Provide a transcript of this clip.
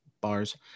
Bars